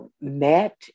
met